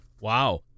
Wow